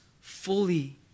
fully